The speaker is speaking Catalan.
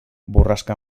borrasca